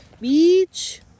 beach